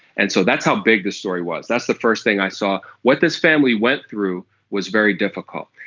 and so that's how big this story was. that's the first thing i saw what this family went through was very difficult.